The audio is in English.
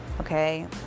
Okay